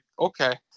okay